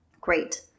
great